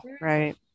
right